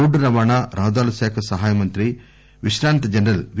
రోడ్లురవాణా రహదారుల శాఖ సహాయమంత్రి విశ్రాంత జనరల్ వి